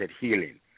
healing